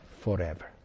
forever